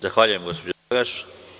Zahvaljujem gospođo Korać.